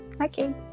Okay